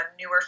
newer